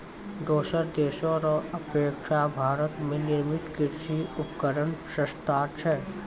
दोसर देशो रो अपेक्षा भारत मे निर्मित कृर्षि उपकरण सस्ता छै